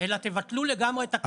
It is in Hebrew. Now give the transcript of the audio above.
אלא תבטלו לגמרי את הקיזוז.